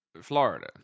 Florida